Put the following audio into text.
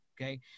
okay